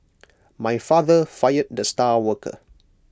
my father fired the star worker